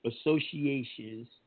associations